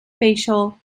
facial